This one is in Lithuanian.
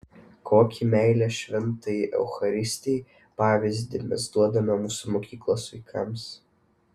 kokį meilės šventajai eucharistijai pavyzdį mes duodame mūsų mokyklos vaikams